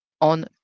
on